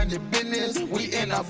and business we in ah